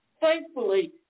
Thankfully